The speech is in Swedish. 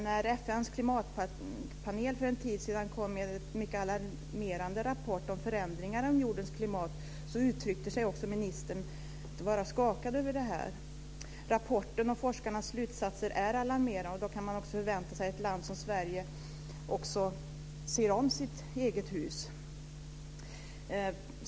När FN:s klimatpanel för en tid sedan lade fram en mycket alarmerande rapport om förändringar av jordens klimat sade sig ministern vara skakad. Rapporten och forskarnas slutsatser är alarmerande, och man kan väl förvänta sig att ett land som Sverige ser om sitt eget hus.